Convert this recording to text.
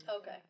Okay